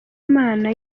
mana